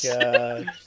god